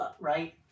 right